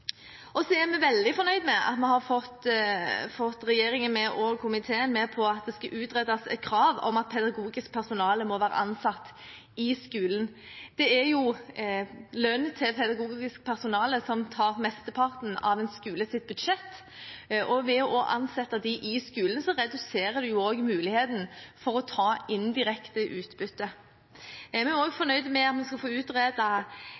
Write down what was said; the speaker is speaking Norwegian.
dag. Så er vi veldig fornøyd med at vi har fått regjeringen og komiteen med på at det skal utredes krav om at pedagogisk personale må være ansatt i skolen. Det er jo lønnen til pedagogisk personale som tar mesteparten av en skoles budsjett. Ved å ansette dem i skolen reduserer man muligheten for å ta indirekte utbytte. Vi er også fornøyd med at vi skal få